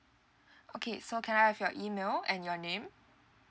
okay so can I have your email and your name